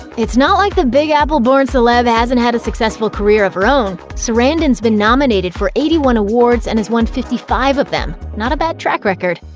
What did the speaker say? it's not like the big apple-born celeb hasn't had a successful career of her own sarandon's been nominated for eighty one awards and has won fifty five of them. not a bad track record.